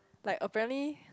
like apparently